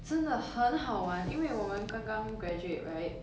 真的很好玩因为我们刚刚 graduate right